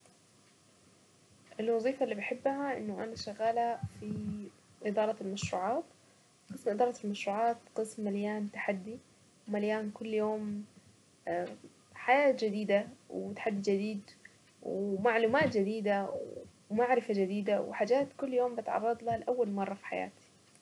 الوظيفة اللي بحبها انه انا شغالة في ادارة المشروعات قسم ادارة المشروعات قسم مليان تحدي ومليان كل يوم اه حياة جديدة وتحدي جديد ومعلومات جديدة ومعرفة جديدة وحاجات كل يوم بتعرض لها لاول مرة في حياتي.